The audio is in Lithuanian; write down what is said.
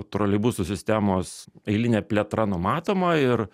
troleibusų sistemos eilinė plėtra numatoma ir